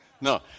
No